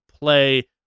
play